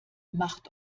macht